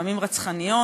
לפעמים רצחניות.